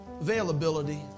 availability